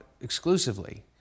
exclusively